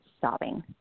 sobbing